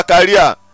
career